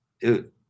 dude